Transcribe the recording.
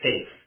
safe